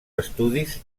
estudis